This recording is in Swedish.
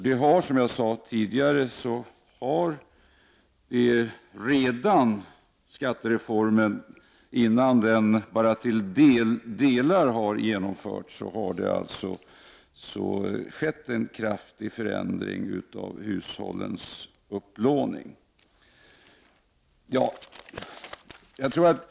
Det har som jag sade tidigare redan nu, när skattereformen ännu bara till delar har genomförts, skett en kraftig förändring av hushållens upplåning.